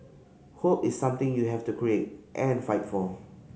hope is something you have to create and fight for